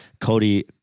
Cody